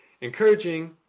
Encouraging